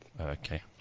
okay